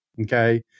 okay